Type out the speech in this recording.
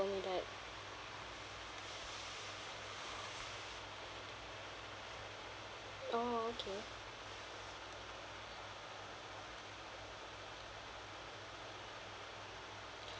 me that oh okay